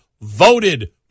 voted